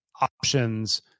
options